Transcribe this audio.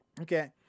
Okay